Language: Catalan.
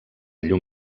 llum